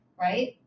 right